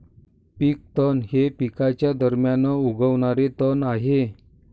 पीक तण हे पिकांच्या दरम्यान उगवणारे तण आहे